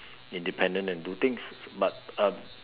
independent and do things but uh